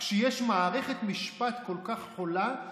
כשיש מערכת משפט כל כך חולה,